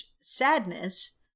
sadness